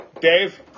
Dave